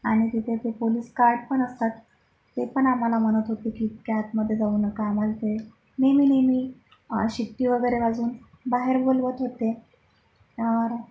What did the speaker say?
आणि तिथे ते पोलीस गार्ड पण असतात ते पण आम्हाला म्हणत होते की इतक्या आतमध्ये जाऊ नका आम्हाला ते नेहमी नेहमी शिट्टी वगैरे वाजवून बाहेर बोलवत होते तर